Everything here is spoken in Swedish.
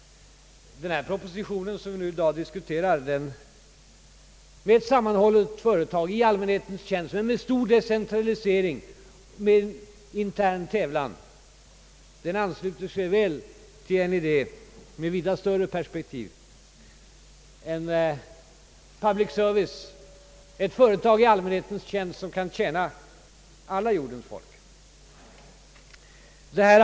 Den proposition som vi i dag diskuterar med Sveriges Radio såsom ett sammanhållet företag i allmänhetens tjänst men med stor decentralisering och med ett element av tävlan ansluter sig väl till en idé med vida större perspektiv — en global public service, ett företag i allmänhetens tjänst som kan tjäna alla jordens folk.